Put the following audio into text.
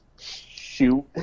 shoot